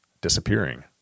disappearing